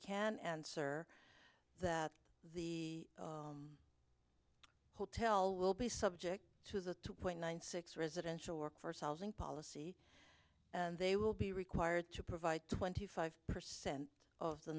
can answer that the hotel will be subject to the two point one six residential work for solving policy and they will be required to provide twenty five percent of the